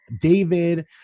david